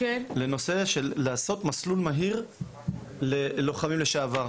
בנושא של לעשות מסלול מהיר ללוחמים לשעבר.